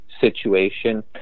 situation